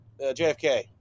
JFK